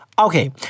Okay